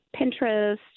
Pinterest